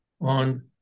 on